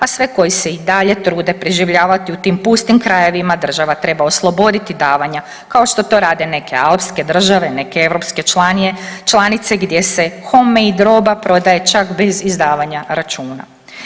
A sve koji se i dalje trude preživljavati u tim pustim krajevima država treba osloboditi davanja kao što to rade neke alpske države, neke europske članice gdje se … prodaje čak bez izdavanja računa.